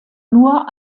nur